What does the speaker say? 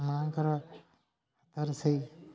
ମାଆ'ଙ୍କର ହାତ ରୋଷେଇ